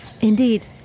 Indeed